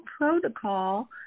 protocol